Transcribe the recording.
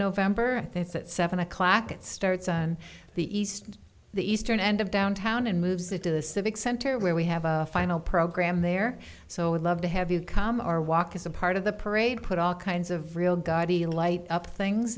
november that's at seven o'clock it starts on the east the eastern end of downtown and moves it to the civic center where we have a final program there so we'd love to have you come our walk as a part of the parade put all kinds of real godly light up things